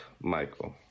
Michael